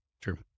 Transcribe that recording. true